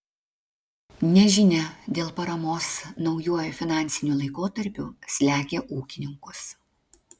nežinia dėl paramos naujuoju finansiniu laikotarpiu slegia ūkininkus